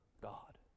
God